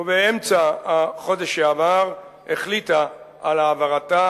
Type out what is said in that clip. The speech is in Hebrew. ובאמצע החודש שעבר החליטה על העברתה